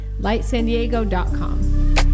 lightsandiego.com